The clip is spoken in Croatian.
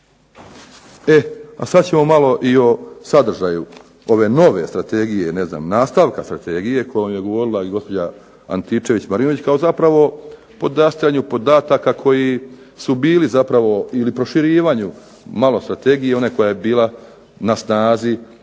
Sada ćemo malo o sadržaju ove nove strategije, nastavka Strategije o kojoj je govorila gospođa Antičević-Marinović, kao zapravo podastiranju podataka koji su bili zapravo, ili proširivanju malo strategije one koja je bila na snazi